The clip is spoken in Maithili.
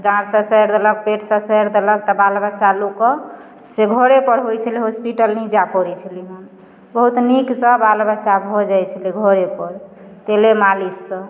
डाँर ससारि देलक पेट ससारि देलक तऽ लोकक से घरे पर होइ छलै हॉस्पिटल नहि जाय पड़ै छलै हैं बहुत नीकसँ बच्चा हो जाइ छलै घरे पर तेले मालिशसँ